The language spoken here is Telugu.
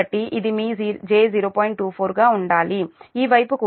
24 గా ఉండాలి ఈ వైపు కూడా 0